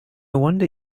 wonder